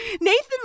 Nathan